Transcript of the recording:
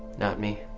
not me.